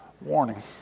warning